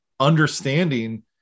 Understanding